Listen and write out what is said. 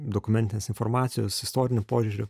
dokumentinės informacijos istoriniu požiūriu